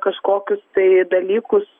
kažkokius tai dalykus